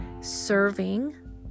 serving